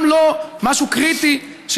גם לא משהו קריטי.